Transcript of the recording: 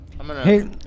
Hey